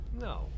No